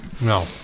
No